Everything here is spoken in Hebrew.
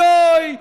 אוי,